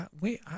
Wait